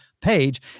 page